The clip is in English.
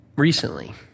recently